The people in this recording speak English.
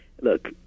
look